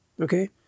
Okay